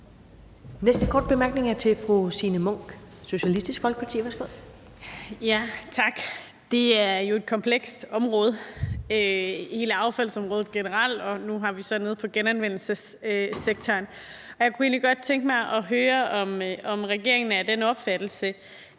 Næste korte bemærkning er til fru Signe Munk, Socialistisk Folkeparti. Værsgo. Kl. 15:49 Signe Munk (SF): Tak. Det er jo et komplekst område, altså hele affaldsområdet generelt, og nu har vi så noget om genanvendelsessektoren. Jeg kunne egentlig godt tænke mig at høre, om regeringen er af den opfattelse,